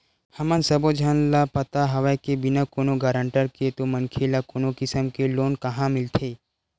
हमन सब्बो झन ल पता हवय के बिना कोनो गारंटर के तो मनखे ल कोनो किसम के लोन काँहा मिलथे